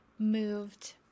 moved